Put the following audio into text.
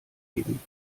eben